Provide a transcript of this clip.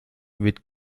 wird